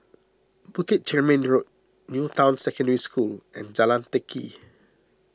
Bukit Chermin Road New Town Secondary School and Jalan Teck Kee